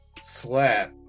Slap